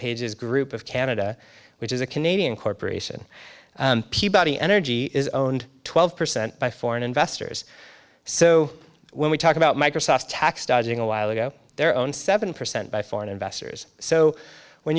pages group of canada which is a canadian corporation peabody energy is owned twelve percent by foreign investors so when we talk about microsoft tax dodging a while ago their own seven percent by foreign investors so when